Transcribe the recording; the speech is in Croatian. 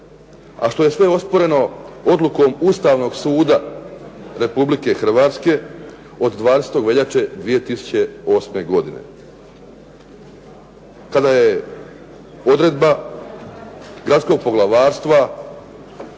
a što je sve osporeno odlukom Ustavnom suda Republike Hrvatske od 20. veljače 2008. godine kada je odredba gradskog poglavarstva